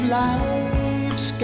life's